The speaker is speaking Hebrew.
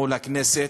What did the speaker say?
מול הכנסת.